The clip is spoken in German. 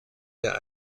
der